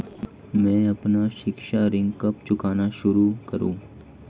मैं अपना शिक्षा ऋण कब चुकाना शुरू करूँ?